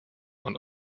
und